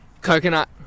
coconut